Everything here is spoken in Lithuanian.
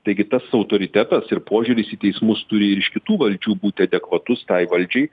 taigi tas autoritetas ir požiūris į teismus turi ir iš kitų valdžių būti adekvatus tai valdžiai